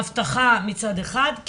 ההבטחה מצד אחד,